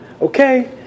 okay